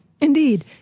Indeed